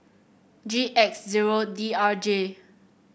G X zero D R J